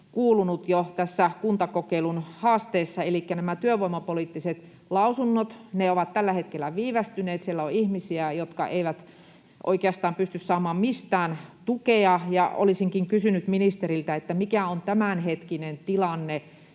kuulunut, näistä kuntakokeilun haasteista. Elikkä työvoimapoliittiset lausunnot ovat tällä hetkellä viivästyneet — siellä on ihmisiä, jotka eivät oikeastaan mistään pysty saamaan tukea. Olisinkin kysynyt ministeriltä: Mikä on tämänhetkinen tilanne?